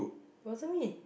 wasn't me